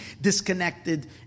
disconnected